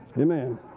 Amen